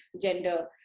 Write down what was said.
gender